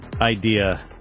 idea